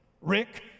Rick